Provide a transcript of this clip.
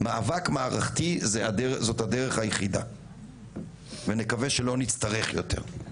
מאבק מערכתי זאת הדרך היחידה ונקווה שלא נצטרך יותר.